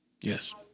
Yes